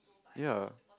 ya